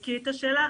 --- תדייקי את השאלה.